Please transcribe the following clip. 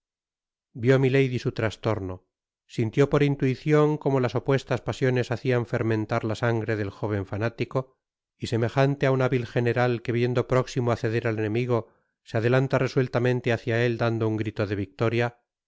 devora vió milady su trastorno sintió por intuicion como las opuestas pasiones hacían fermentar la sangre del jóven fanático y semejante á un hábil general que viendo próximo á ceder al enemigo se adelanta resueltamente hácia él dando un grito de victoria